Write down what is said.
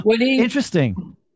Interesting